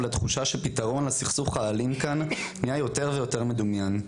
ועל התחושה שהפתרון לסכסוך האלים כאן נהיה יותר ויותר מדומיין,